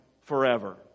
forever